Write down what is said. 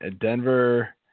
Denver